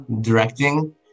directing